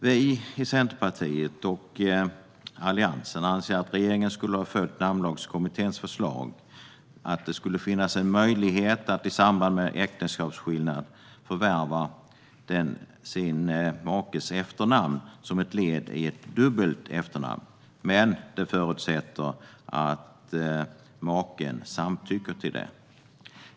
Vi i Centerpartiet och Alliansen anser att regeringen skulle ha följt Namnlagskommitténs förslag att det ska finnas möjlighet att i samband med äktenskapsskillnad förvärva sin makes efternamn som ett led i ett dubbelt efternamn, men under förutsättning att maken samtycker till det.